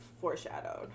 foreshadowed